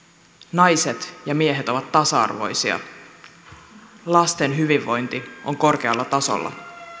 naiset ja miehet ovat tasa arvoisia lasten hyvinvointi on korkealla tasolla